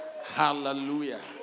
Hallelujah